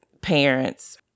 parents